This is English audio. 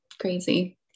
crazy